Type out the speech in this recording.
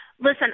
Listen